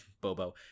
Bobo